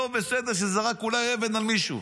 שאולי זרק אבן על מישהו,